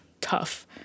tough